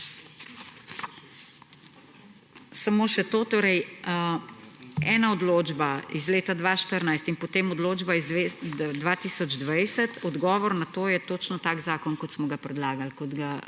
samo še to. Ena odločba iz leta 2014 in potem odločba iz 2020 − odgovor na to je točno tak zakon, kot smo ga predlagali, kot ga zagovarja